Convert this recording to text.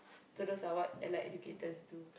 so those are what Allied-Educators do